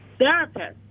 therapists